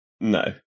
No